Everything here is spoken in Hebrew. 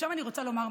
עכשיו אני רוצה לומר,